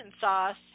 sauce